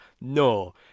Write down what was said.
no